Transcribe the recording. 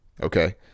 Okay